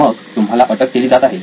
मग तुम्हाला अटक केली जात आहे